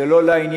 זה לא לעניין.